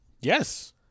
Yes